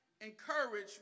encourage